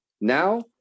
now